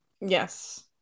Yes